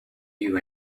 you